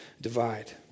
divide